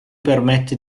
permette